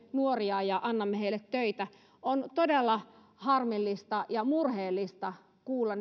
nuoria ja annamme heille töitä on todella harmillista ja murheellista kuulla